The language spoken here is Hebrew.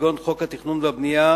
כגון חוק התכנון והבנייה,